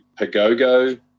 Pagogo